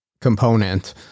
component